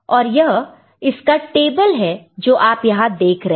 और यह इसका टेबल है जो आप यहां देख रहे हैं